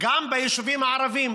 גם ביישובים הערביים.